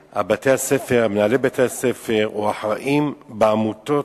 בתי-ספר, מנהלי בתי-ספר או האחראים בעמותות,